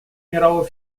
мирового